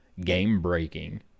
game-breaking